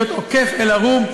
עוקף אל-ערוב,